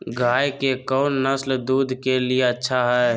गाय के कौन नसल दूध के लिए अच्छा है?